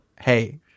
Hey